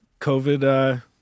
COVID